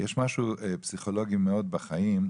יש משהו פסיכולוגי מאוד בחיים,